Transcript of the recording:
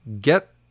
get